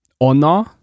honor